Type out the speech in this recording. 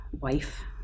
wife